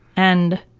and,